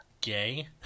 gay